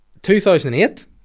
2008